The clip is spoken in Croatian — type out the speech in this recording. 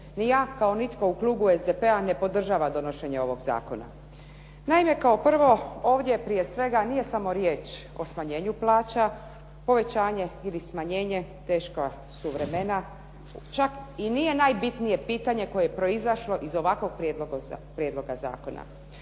Ni ja kao nitko u Klubu SDP-a ne podržava donošenje ovoga zakona. Naime, kao prvo ovdje prije svega nije samo riječ o smanjenju plaća, povećanje ili smanjenje teška su vremena, čak i nije najbitnije pitanje koje je proizašlo iz ovakvoga prijedloga zakona.